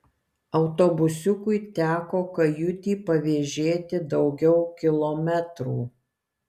autobusiukui teko kajutį pavėžėti daugiau kilometrų